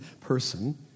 person